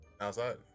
outside